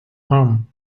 arm